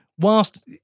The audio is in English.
whilst